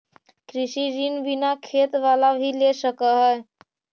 कृषि ऋण बिना खेत बाला भी ले सक है?